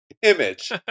Image